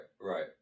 Right